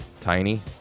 tiny